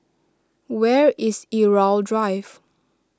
where is Irau Drive